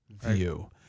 view